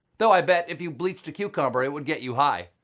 though i betted if you bleached a cucumber, it would get you high.